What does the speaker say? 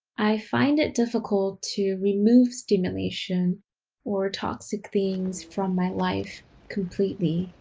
i find it difficult to remove stimulation or toxic things from my life completely.